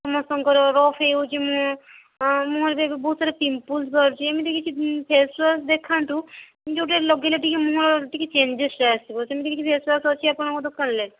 ସମସ୍ତଙ୍କର ରଫ୍ ହେଇଯାଉଛି ମୁହଁ ହଁ ମୁହଁରେ ଏବେ ବହୁତସାରା ପିମ୍ପଲସ୍ ବାହାରୁଛି ଏମିତି କିଛି ଫେସ୍ ୱାସ୍ ଦେଖାନ୍ତୁ ଯୋଉଟା ଲଗେଇଲେ ଟିକେ ମୁହଁ ଟିକେ ଚେଞ୍ଜେସ୍ ଆସିବ ସେମିତି କିଛି ଫେସ୍ ୱାସ୍ ଅଛି ଆପଣଙ୍କ ଦୋକାନରେ